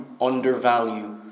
Undervalue